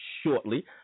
shortly